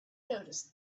noticed